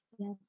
Yes